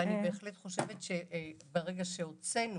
הוצאנו